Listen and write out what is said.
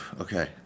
Okay